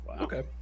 okay